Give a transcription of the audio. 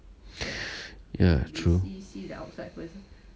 ya true